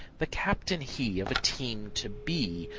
the captain he of a team to be!